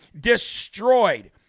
destroyed